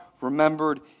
remembered